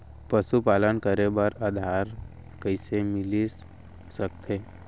पशुपालन करे बर उधार कइसे मिलिस सकथे?